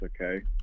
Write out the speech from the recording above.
okay